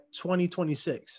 2026